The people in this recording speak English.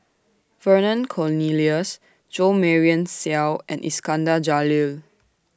Vernon Cornelius Jo Marion Seow and Iskandar Jalil